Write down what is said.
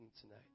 tonight